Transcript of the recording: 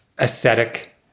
aesthetic